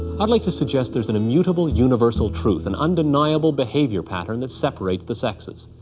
i'd like to suggest there's an immutable universal truth, an undeniable behaviour pattern that separates the sexes.